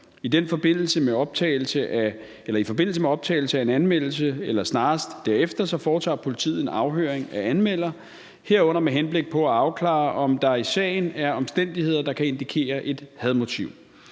I forbindelse med optagelse af en anmeldelse eller snarest derefter foretager politiet en afhøring af anmelder, herunder med henblik på at afklare, om der i sagen er omstændigheder, der kan indikere et hadmotiv.